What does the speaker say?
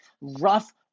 rough